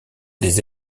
des